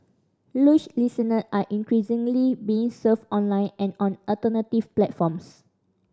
listener are increasingly being served online and on alternative platforms